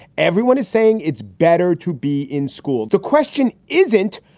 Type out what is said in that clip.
everyone is saying it's better to be in school. the question isn't,